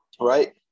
right